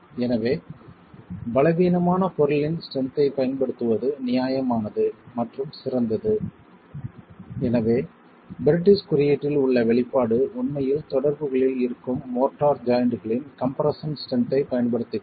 எனவே பலவீனமான பொருளின் ஸ்ட்ரென்த் ஐப் பயன்படுத்துவது நியாயமானது மற்றும் சிறந்தது எனவே பிரிட்டிஷ் குறியீட்டில் உள்ள வெளிப்பாடு உண்மையில் தொடர்புகளில் இருக்கும் மோர்ட்டார் ஜாயின்ட்களின் கம்ப்ரெஸ்ஸன் ஸ்ட்ரென்த் ஐப் பயன்படுத்துகிறது